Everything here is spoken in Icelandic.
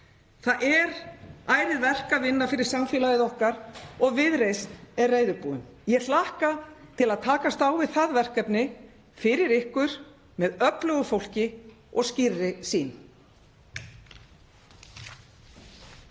Það er ærið verk að vinna fyrir samfélagið okkar og Viðreisn er reiðubúin. Ég hlakka til að takast á við það verkefni fyrir ykkur með öflugu fólki og skýrri sýn.